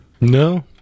No